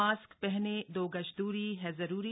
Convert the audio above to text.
mask पहनें दो गज दूरी है जरूरी